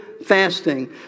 fasting